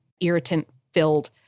irritant-filled